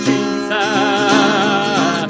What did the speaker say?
Jesus